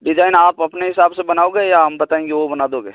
design आप अपने हिसाब से बनाओगे या हम बताएँगे वह बना दोगे